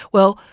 well,